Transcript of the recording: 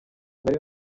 nari